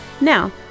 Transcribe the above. Now